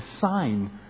sign